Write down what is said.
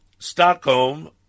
Stockholm